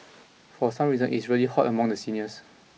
for some reason is really hot among the seniors